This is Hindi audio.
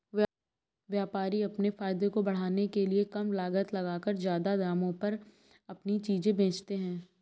व्यापारी अपने फायदे को बढ़ाने के लिए कम लागत लगाकर ज्यादा दामों पर अपनी चीजें बेचते है